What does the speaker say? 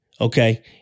okay